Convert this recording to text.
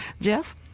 Jeff